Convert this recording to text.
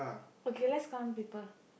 okay lets count people